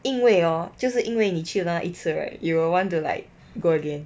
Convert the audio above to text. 因为 hor 就是因为你去了那一次 right you will want to like go again